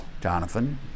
Jonathan